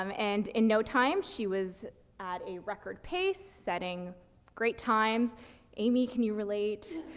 um and in no time, she was at a record pace, setting great times amy can you relate?